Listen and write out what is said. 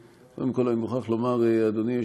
קודם כול, אני מוכרח לומר, אדוני היושב-ראש,